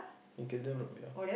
carry them or not ya